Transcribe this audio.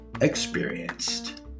experienced